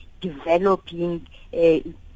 developing